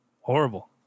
Horrible